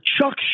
Chuck